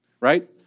right